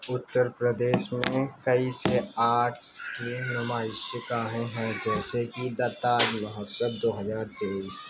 اتر پردیش میں کئی سے آرٹس کی نمائش گاہیں ہیں جیسے کہ دتا مہوتسو دو ہزار تیئس